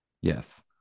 yes